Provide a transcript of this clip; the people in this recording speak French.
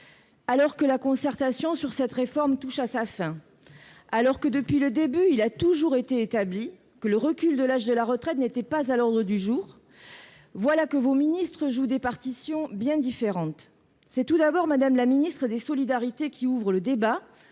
Alors que la concertation préalable à cette réforme touche à sa fin, alors que depuis le début il a toujours été établi que le recul de l'âge de la retraite n'était pas à l'ordre du jour, voilà que les ministres jouent des partitions différentes. Mme la ministre des solidarités et de la santé